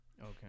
okay